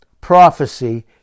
prophecy